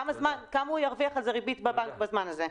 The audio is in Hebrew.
כמה הוא ירוויח ריבית על זה בבנק בזמן הזה?